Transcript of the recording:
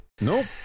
Nope